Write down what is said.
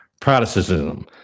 Protestantism